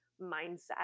mindset